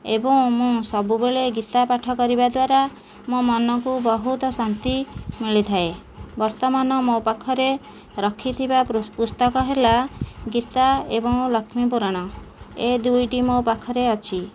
ଏବଂ ମୁଁ ସବୁବେଳେ ଗୀତାପାଠ କରିବାଦ୍ଵାରା ମୋ ମନକୁ ବହୁତ ଶାନ୍ତି ମିଳିଥାଏ ବର୍ତ୍ତମାନ ମୋ ପାଖରେ ରଖିଥିବା ପୃ ପୁସ୍ତକ ହେଲା ଗୀତା ଏବଂ ଲକ୍ଷ୍ମୀପୁରାଣ ଏ ଦୁଇଟି ମୋ ପାଖରେ ଅଛି